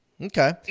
Okay